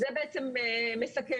זה בעצם מסכם.